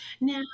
Now